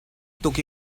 tuk